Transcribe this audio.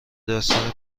داستان